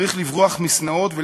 צריך לברוח משנאות,